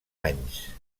anys